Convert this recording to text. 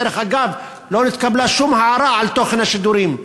ודרך אגב, לא נתקבלה שום הערה על תוכן השידורים.